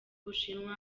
bushinwa